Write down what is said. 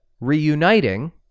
reuniting